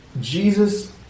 Jesus